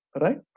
right